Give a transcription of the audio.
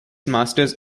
masters